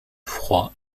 froid